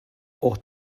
ought